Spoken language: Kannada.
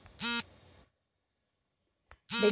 ಬೆಂಡೆಕಾಯಿ ಬೆಳೆಯಲ್ಲಿ ಸಮಗ್ರ ಕೀಟ ನಿರ್ವಹಣೆ ತಂತ್ರವನ್ನು ತಿಳಿಸಿ?